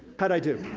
how'd i do?